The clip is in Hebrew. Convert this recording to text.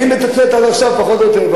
אני עד עכשיו מצטט פחות או יותר.